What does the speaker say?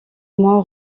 moi